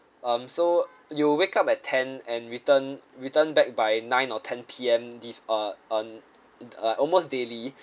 um so you wake up at ten and return return back by nine or ten P_M dif~ uh um uh almost daily